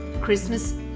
Christmas